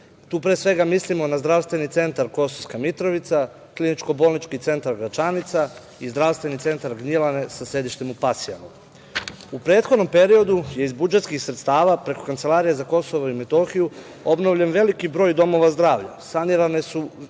pre svega, mislimo na Zdravstveni centar Kosovska Mitrovica, Kliničko bolnički centar Gračanica i Zdravstveni centar Gnjilane sa sedištem u Pasjanu.U prethodnom periodu iz budžetskih sredstava preko Kancelarije za KiM obnovljen je veliki broj domova zdravlja, saniran je